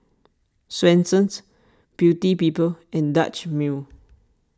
Swensens Beauty People and Dutch Mill